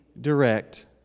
direct